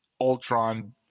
Ultron